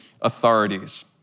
authorities